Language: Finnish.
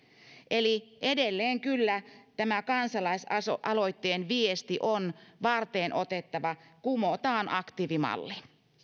eli edelleen kyllä tämä kansalaisaloitteen viesti on varteenotettava kumotaan aktiivimalli